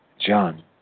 John